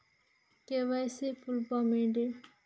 KYC full form ఏంటి?